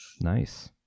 Nice